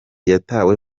yatawe